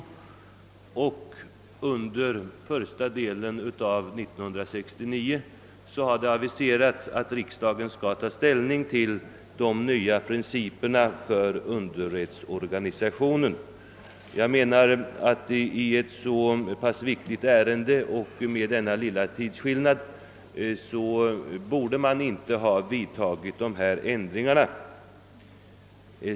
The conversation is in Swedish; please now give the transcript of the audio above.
Det har också aviserats att riksdagen under första delen av 1969 kommer att få ta ställning till de nya principerna för underrättsorganisationen. Jag anser då att man i ett så pass viktigt ärende och med denna ringa tidsskillnad inte redan nu borde ha vidtagit dessa ändringar i Kalmar län.